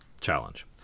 challenge